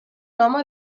home